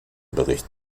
bericht